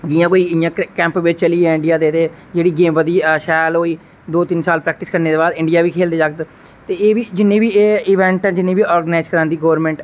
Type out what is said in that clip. जां कोई इयां कैंप बिच चली जाए ते जेहदी गेम शैल होई दो तिन साल प्रैक्टिस करने दे बाद इंडिया ही खेलदे जागत ते एह् बी जिन्ने बी इवेंट जिन्ने बी आरॅगनाइस करवांदी गवर्नमेंट